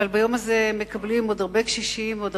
אבל ביום הזה מקבלים הרבה קשישים ועוד